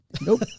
Nope